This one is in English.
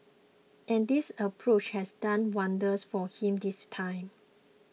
and this approach has done wonders for him this time